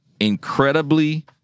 incredibly